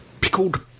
pickled